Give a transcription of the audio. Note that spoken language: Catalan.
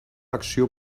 acció